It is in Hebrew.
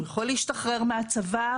הוא יכול להשתחרר מהצבא,